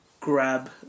grab